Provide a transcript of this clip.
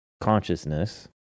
consciousness